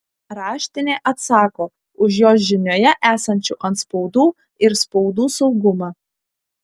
raštinė atsako už jos žinioje esančių antspaudų ir spaudų saugumą